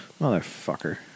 Motherfucker